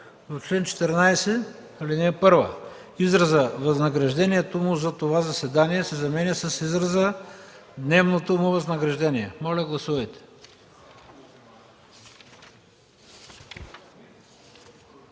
„В чл. 14, ал. 1 изразът „възнаграждението му за това заседание” се заменя с израза „дневното му възнаграждение”.” Моля, гласувайте.